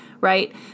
right